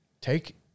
Take